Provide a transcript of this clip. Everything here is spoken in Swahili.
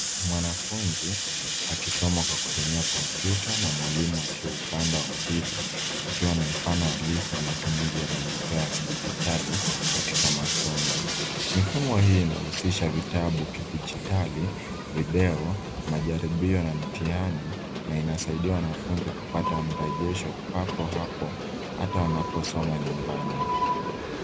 Mwanafunzi akisoma kwa kutumia kompyuta na mwalimu akiwa upande wa pili ikiwa ni mfano halisi wa matumizi ya majukwaa la kidijitali katika masomo. Mifumo hii inahusisha vitabu kidijitali, video, majaribio na mitihani na inasaidia wanafunzi kupata mrajesho papo hapo hata wanaposoma nyumbani.